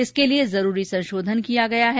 इसके लिए जरूरी संशोधन किया गया है